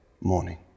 morning